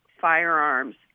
firearms